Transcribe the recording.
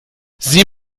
sieh